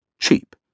cheap